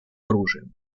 оружием